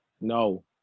no